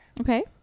Okay